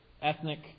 ethnic